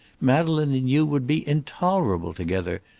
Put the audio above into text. madeleine and you would be intolerable together.